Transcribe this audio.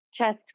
chest